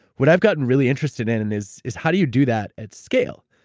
what i've gotten really interested in and is, is how do you do that at scale?